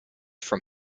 from